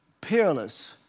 peerless